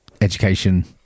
education